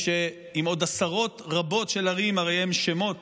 עם עוד עשרות רבות של ערים, הרי הם שמות